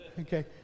Okay